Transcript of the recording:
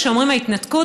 כשאומרים "ההתנתקות",